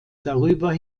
darüber